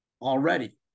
already